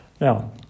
Now